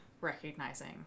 recognizing